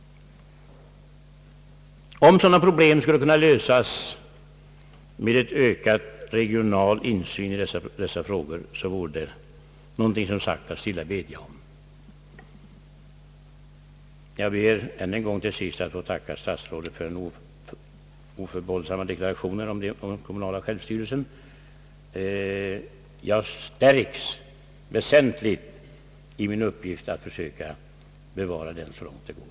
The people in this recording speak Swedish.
Om sådana problem skulle kunna lösas med en ökad regional insyn i dessa frågor vore det någonting att stilla bedja om. Jag ber att än en gång få tacka statsrådet för den oförbehållsamma dekla rationen om den kommunala självstyrelsen. Jag stärks väsentligt i mitt arbete att försöka bevara den så långt det går.